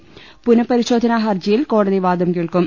പ്പുനഃപരിശോധനാ ഹർജി യിൽ കോടതി വാദം കേൾക്കും